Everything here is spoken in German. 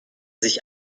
sich